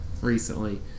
recently